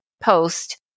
post